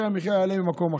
יוקר המחיה יעלה במקום אחר.